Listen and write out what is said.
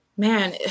Man